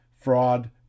fraud